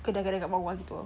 kedai kedai kat bawa gitu